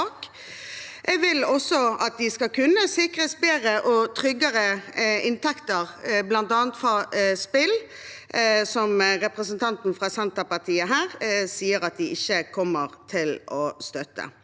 Jeg vil også at de skal kunne sikres bedre og tryggere inntekter, bl.a. fra spill, som representanten fra Senterpartiet sier at de ikke kommer til å støtte.